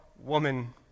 woman